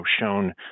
shown